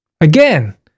Again